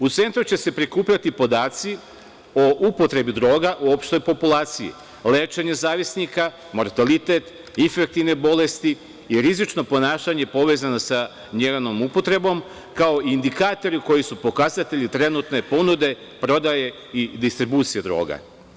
U centru će se prikupljati podaci o upotrebi droga u opštoj populaciji, lečenje zavisnika, mortalite, infektivne bolesti i rizično ponašanje povezano sa njenom upotrebom kao indikatori koji su pokazatelji trenutne ponude, prodaje i distribucije droga.